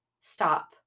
stop